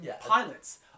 pilots